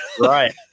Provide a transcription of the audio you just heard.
right